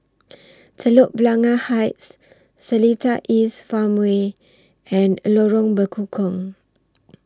Telok Blangah Heights Seletar East Farmway and Lorong Bekukong